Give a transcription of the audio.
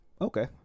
Okay